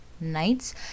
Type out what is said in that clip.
nights